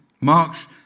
Marx